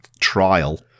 trial